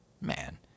man